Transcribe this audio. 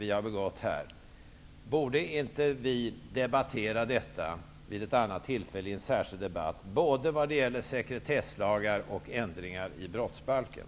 Borde vi inte debattera dessa områden vid ett annat tillfälle i en särskild debatt, både när det gäller sekretesslagar och i fråga om ändringar i brottsbalken?